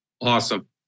Awesome